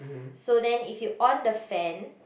so then if you on the fan